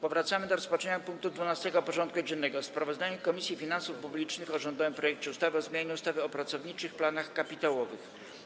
Powracamy do rozpatrzenia punktu 12. porządku dziennego: Sprawozdanie Komisji Finansów Publicznych o rządowym projekcie ustawy o zmianie ustawy o pracowniczych planach kapitałowych.